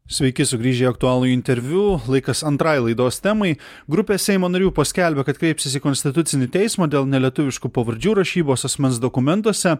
sveiki sugrįžę į aktualųjį interviu laikas antrai laidos temai grupė seimo narių paskelbė kad kreipsis į konstitucinį teismą dėl nelietuviškų pavardžių rašybos asmens dokumentuose